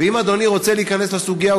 ואם אדוני רוצה להיכנס לסוגיה,